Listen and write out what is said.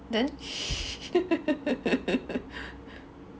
then